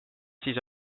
siis